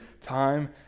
time